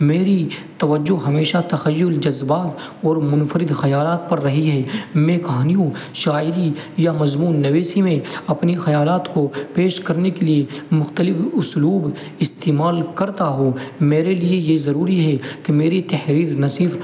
میری توجہ ہمیشہ تخیل جذبہ اور منفرد خیالات پر رہی ہے میں کہانیوں شاعری یا مضمون نویسی میں اپنی خیالات کو پیش کرنے کے لیے مختلف اسلوب استعمال کرتا ہوں میرے لیے یہ ضروری ہے کہ میری تحریر نہ صرف